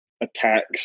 attacks